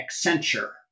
Accenture